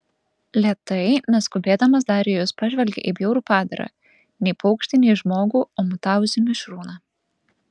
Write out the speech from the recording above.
lėtai neskubėdamas darijus pažvelgė į bjaurų padarą nei paukštį nei žmogų o mutavusį mišrūną